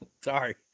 Sorry